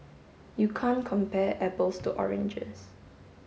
you can't compare apples to oranges